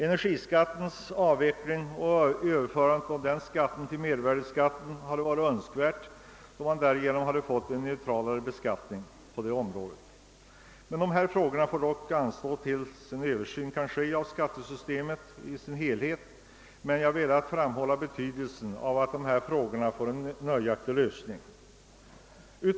Energiskattens avveckling och dess uppgående i mervärdeskatten hade varit önskvärd, då man därigenom åstadkommit en neutralare beskattning på det här området. Dessa frågor får nu anstå tills en översyn av skattesystemet kan ske, men jag har velat framhålla betydelsen av att frågorna erhåller en nöjaktig lösning.